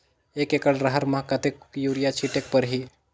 एक एकड रहर म कतेक युरिया छीटेक परही?